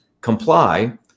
comply